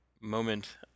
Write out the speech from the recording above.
moment